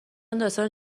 داستان